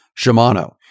Shimano